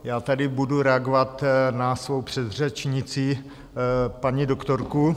Já tady budu reagovat na svou předřečnici, paní doktorku.